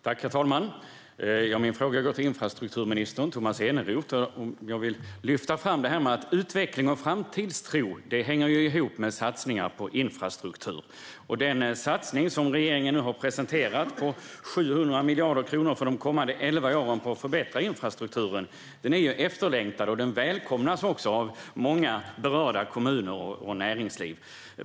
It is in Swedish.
Herr talman! Min fråga går till infrastrukturminister Tomas Eneroth. Jag vill lyfta fram detta med att utveckling och framtidstro hänger ihop med satsningar på infrastruktur. Den satsning som regeringen nu har presenterat med 700 miljarder kronor för de kommande elva åren för att förbättra infrastrukturen är efterlängtad. Den välkomnas också av många berörda kommuner och näringsliv.